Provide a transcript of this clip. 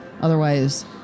Otherwise